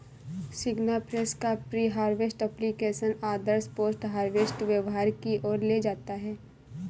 सिग्नाफ्रेश का pre harvest application आदर्श post harvest व्यवहार की ओर ले जाता है